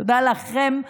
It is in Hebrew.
תודה לכם.